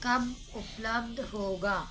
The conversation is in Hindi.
कब उपलब्ध होगा